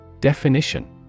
Definition